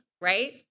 Right